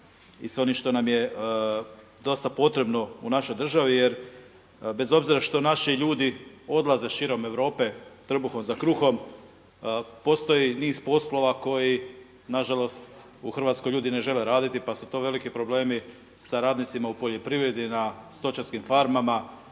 i sa onim što nam je dosta potrebno u našoj državi. Jer bez obzira što naši ljudi odlaze širom Europe trbuhom za kruhom postoji niz poslova koji na žalost u Hrvatskoj ljudi ne žele raditi, pa su to veliki problemi sa radnicima u poljoprivredi na stočarskim farmama,